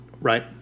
Right